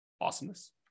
Awesomeness